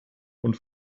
und